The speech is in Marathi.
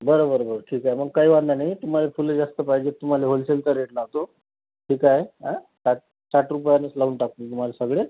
बरं बरं बरं ठीक आहे मग काही वांधा नाही तुम्हाला फुलं जास्त पाहिजे तुम्हाला होलसेलचा रेट लावतो ठीक आहे अं साठ साठ रुपयानीच लावून टाकतो तुम्हाला सगळे